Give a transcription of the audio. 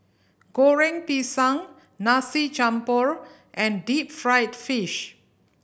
Goreng Pisang nasi jampur and deep fried fish